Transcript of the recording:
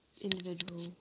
individual